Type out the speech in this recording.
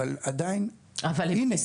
אבל עדיין --- אבל הנה,